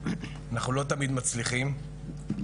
אנחנו לא תמיד מצליחים.